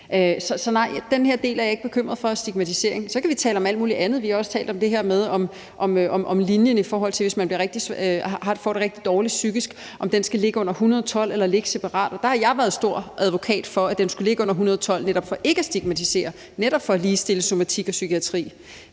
til den her del er jeg ikke bekymret for en stigmatisering. Så kan vi tale om alt muligt andet. Vi har også talt om det her med telefonlinjen, i forhold til hvis man får det rigtig dårligt psykisk, og om den skal ligge under 112 eller ligge separat, og der har jeg været stor advokat for, at den skulle ligge under 112 for netop ikke at stigmatisere og for netop at ligestille somatik og psykiatri.